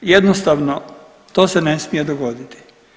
Jednostavno to se ne smije dogoditi.